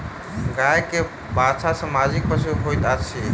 गाय के बाछा सामाजिक पशु होइत अछि